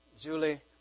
Julie